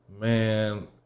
Man